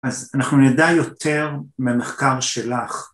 ‫אז אנחנו נדע יותר מהמחקר שלך.